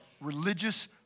Religious